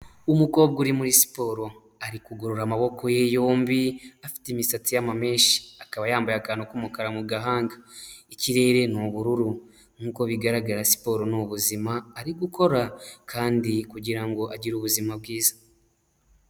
Umukobwa uri muri siporo, ari kugorora amaboko ye yombi, afite imisatsi y'amamenshi, akaba yambaye akantu k'umukara mu gahanga, ikirere ni ubururu, nkuko bigaragara siporo ni ubuzima, ari gukora kandi kugirango agire ubuzima bwiza.